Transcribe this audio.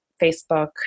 Facebook